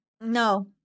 No